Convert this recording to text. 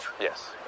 Yes